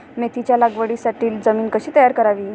मेथीच्या लागवडीसाठी जमीन कशी तयार करावी?